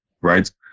right